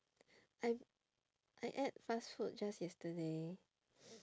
I I ate fast food just yesterday